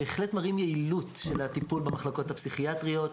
בהחלט מראים יעילות של הטיפול במחלקות הפסיכיאטריות,